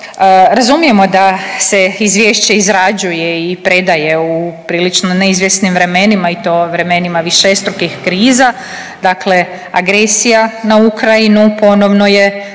Razumijemo da se izvješće izrađuje i predaje u prilično neizvjesnim vremenima i to vremenima višestrukih kriza, dakle agresija na Ukrajinu ponovno je